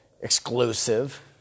exclusive